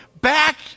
back